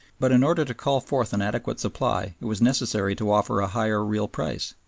but in order to call forth an adequate supply it was necessary to offer a higher real price.